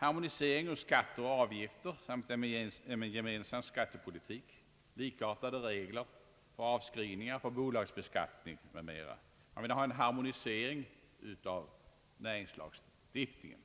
harmoniering av skatter och avgifter samt en gemensam skattepolitik, likartade regler för avskrivningar och för bolagsbeskattning m.m. Man vill också ha en harmoniering i näringslagstiftningen.